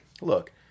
look